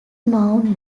known